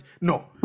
no